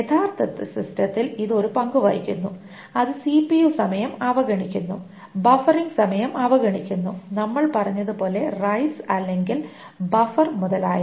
യഥാർത്ഥ സിസ്റ്റത്തിൽ ഇത് ഒരു പങ്കു വഹിക്കുന്നു അത് സിപിയു സമയം അവഗണിക്കുന്നു ബഫറിംഗ് സമയം അവഗണിക്കുന്നു നമ്മൾ പറഞ്ഞതുപോലെ റൈറ്റ്സ് അല്ലെങ്കിൽ ബഫർ മുതലായവ